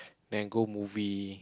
then go movie